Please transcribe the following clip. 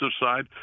side